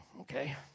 Okay